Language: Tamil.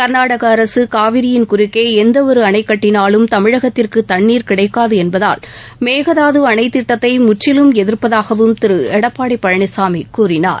கள்நாடக அரசு காவிரியின் குறுக்கே எந்த ஒரு அணை கட்டினாலும் தமிழகத்திற்கு தண்ணீர் கிடைக்காது என்பதால் மேகதாது அணைத் திட்டத்தை முற்றிலும் எதிர்ப்பதாகவும் திரு எடப்பாடி பழனிசாமி கூறினார்